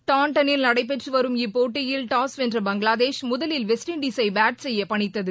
டவுண்டனில் நடைபெற்று வரும் இப்போட்டியில் டாஸ் வென்ற பங்களாதேஷ் முதலில் வெஸ்ட் இண்டசை பேட் செய்ய பணித்தது